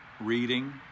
reading